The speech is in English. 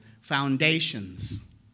Foundations